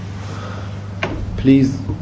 Please